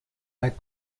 weit